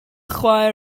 chwaer